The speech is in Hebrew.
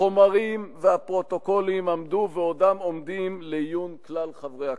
החומרים והפרוטוקולים עמדו ועודם עומדים לעיון כלל חברי הכנסת.